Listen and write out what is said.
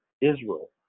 Israel